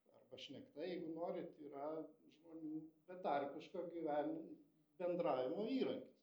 arba šnekta jeigu norit yra žmonių betarpiško gyven bendravimo įrankis